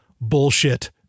bullshit